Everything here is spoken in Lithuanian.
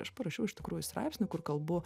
aš parašiau iš tikrųjų straipsnį kur kalbu